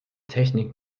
technik